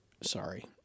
Sorry